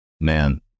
Man